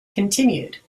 continued